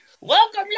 welcome